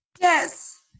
Yes